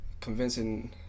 convincing